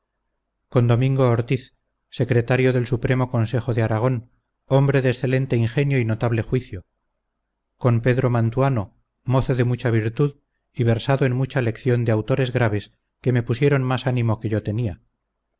con domingo ortiz secretario del supremo consejo de aragón hombre de excelente ingenio y notable juicio con pedro mantuano mozo de mucha virtud y versado en mucha lección de autores graves que me pusieron más ánimo que yo tenia